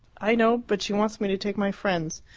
i know. but she wants me to take my friends.